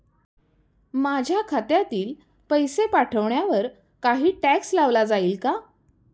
माझ्या खात्यातील पैसे पाठवण्यावर काही टॅक्स लावला जाईल का?